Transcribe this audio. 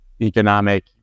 economic